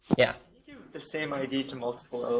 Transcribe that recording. yeah yeah the same id to multiple owners?